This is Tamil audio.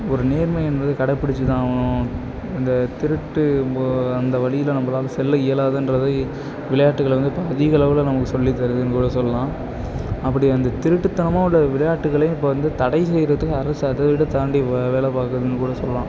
ஒரு நேர்மை என்பது கடப்புடிச்சு தான் ஆகணும் இந்த திருட்டு போ அந்த வழியில் நம்பளால் செல்ல இயலாதுன்றது விளையாட்டுகளை வந்து இப்போ அதிகளவில் நமக்கு சொல்லித்தருதுன்னு கூட சொல்லலாம் அப்படி அந்த திருட்டுத்தனமாக உள்ள விளையாட்டுகளையும் இப்போ வந்து தடை செய்யறதுக்கு அரசு அதைவிட தாண்டி வே வேலைப்பாக்குதுன்னு கூட சொல்லலாம்